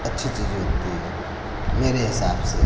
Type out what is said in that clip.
अच्छी चीज होती है मेरे हिसाब से